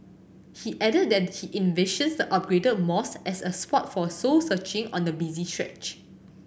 he added that he envisions the upgraded mosque as a spot for soul searching on the busy stretch